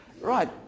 Right